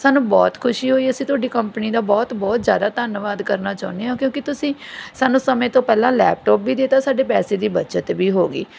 ਸਾਨੂੰ ਬਹੁਤ ਖੁਸ਼ੀ ਹੋਈ ਅਸੀਂ ਤੁਹਾਡੀ ਕੰਪਨੀ ਦਾ ਬਹੁਤ ਬਹੁਤ ਜ਼ਿਆਦਾ ਧੰਨਵਾਦ ਕਰਨਾ ਚਾਹੁੰਦੇ ਹਾਂ ਕਿਉਂਕਿ ਤੁਸੀਂ ਸਾਨੂੰ ਸਮੇਂ ਤੋਂ ਪਹਿਲਾਂ ਲੈਪਟੋਪ ਵੀ ਦੇਤਾ ਸਾਡੇ ਪੈਸੇ ਦੀ ਬਚਤ ਵੀ ਹੋ ਗਈ